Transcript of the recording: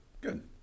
Good